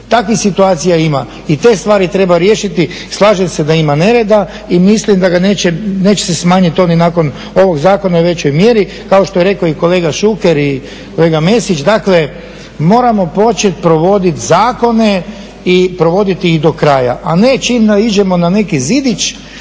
Takvih situacija ima i te stvari treba riješiti. Slažem se da ima nereda i mislim da ga neće, neće se smanjiti oni nakon ovog zakona u većoj mjeri, kao što je rekao i kolega Šuker, i kolega Mesić, dakle moramo početi provoditi zakone i provoditi ih do kraja, a ne čim naiđemo na neki zidić,